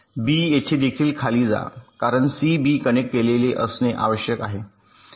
बी येथे देखील खाली जा कारण सी बी कनेक्ट केलेले असणे आवश्यक आहे